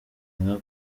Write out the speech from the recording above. inka